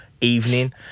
evening